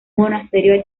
monasterio